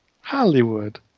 Hollywood